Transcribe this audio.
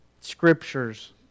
scriptures